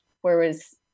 whereas